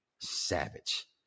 Savage